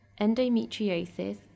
endometriosis